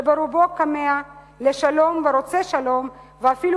שברובו כמֵה לשלום ורוצה שלום ואפילו